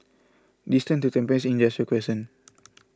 distance to Tampines Industrial Crescent